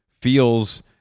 feels